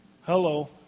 hello